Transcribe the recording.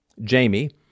jamie